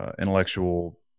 intellectual